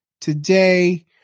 Today